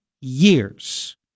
years